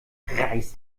reiß